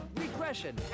regression